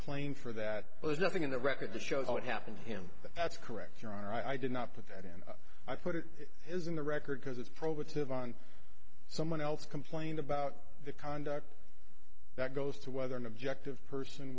claim for that but there's nothing in the record that shows what happened to him that's correct your honor i did not put that in i put it is in the record because it's provocative on someone else complained about the conduct that goes to whether an objective person